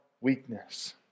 weakness